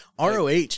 ROH